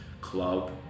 club